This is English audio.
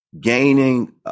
gaining